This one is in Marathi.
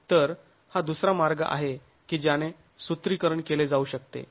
तर हा दुसरा मार्ग आहे की ज्याने सूत्रीकरण केले जाऊ शकते